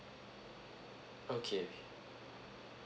okay okay